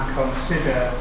consider